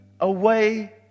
away